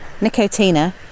Nicotina